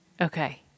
Okay